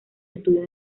estudios